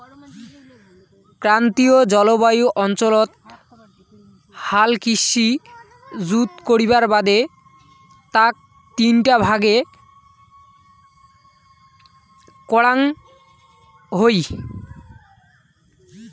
ক্রান্তীয় জলবায়ু অঞ্চলত হাল কৃষি জুত করির বাদে তাক তিনটা ভাগ করাং হই